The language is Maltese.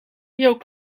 jew